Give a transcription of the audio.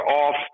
off